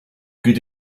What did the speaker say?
good